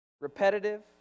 repetitive